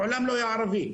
מעולם לא היה ערבי,